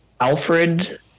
Alfred